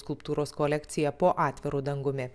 skulptūros kolekcija po atviru dangumi